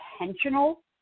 intentional